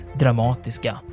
dramatiska